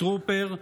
טרופר,